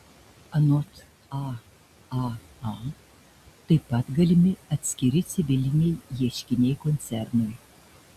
anot aaa taip pat galimi atskiri civiliniai ieškiniai koncernui